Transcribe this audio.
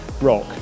rock